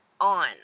on